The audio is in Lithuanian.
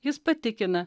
jis patikina